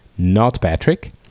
notpatrick